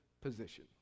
position